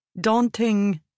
Daunting